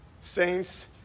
saints